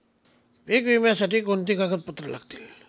पीक विम्यासाठी कोणती कागदपत्रे लागतील?